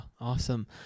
awesome